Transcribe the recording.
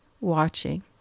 watching